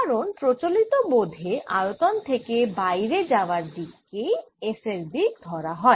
কারণ প্রচলিত বোধে আয়তন থেকে বাইরে যাওয়ার দিক কেই s এর দিক ধরা হয়